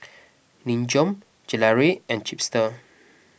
Nin Jiom Gelare and Chipster